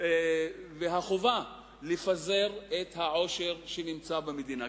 והחובה לפזר את העושר שנמצא במדינה.